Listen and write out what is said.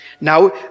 Now